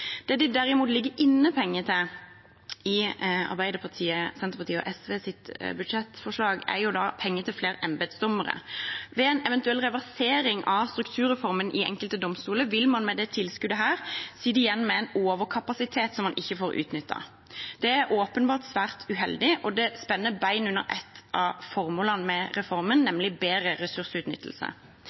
Det som det derimot ligger inne penger til i Arbeiderpartiet, Senterpartiet og SVs budsjettforslag, er flere embetsdommere. Ved en eventuell reversering av strukturreformen i enkelte domstoler vil man med dette tilskuddet sitte igjen med en overkapasitet man ikke får utnyttet. Det er åpenbart svært uheldig, og det spenner bein under ett av formålene med reformen, nemlig bedre ressursutnyttelse.